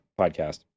podcast